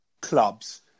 clubs